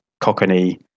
Cockney